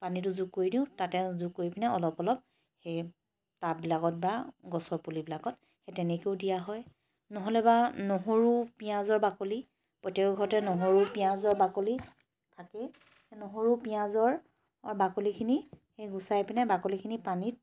পানীটো যোগ কৰি দিওঁ যোগ কৰি পিনে তাতে অলপ সেই টাববিলাকত বা গছৰ পুলিবিলাকত হেই তেনেকৈও দিয়া হয় নহ'লে বা নহৰু বা পিঁয়াজৰ বাকলি প্ৰত্যেকৰ ঘৰতে নহৰু বা পিঁয়াজৰ বাকলি থাকেই সেই নহৰু পিঁয়াজৰ বাকলিখিনি গুচাই পেলাই বাকলিখিনি পানীত